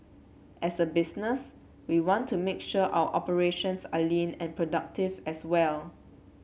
as a business we want to make sure our operations are lean and productive as well